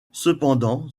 cependant